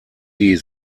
die